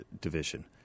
Division